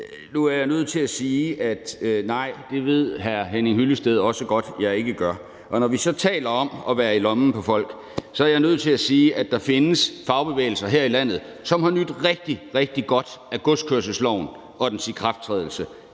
Nu er jeg nødt til at sige, at nej, det ved hr. Henning Hyllested også godt jeg ikke gør. Og når vi så taler om at være i lommen på folk, så er jeg nødt til at sige, at der findes fagbevægelser her i landet, som har nydt rigtig, rigtig godt af godskørselsloven og dens ikrafttrædelse